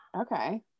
okay